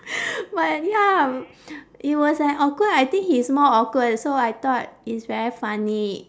but ya it was an awkward I think he's more awkward so I thought it's very funny